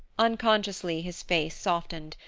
unconsciously his face softened,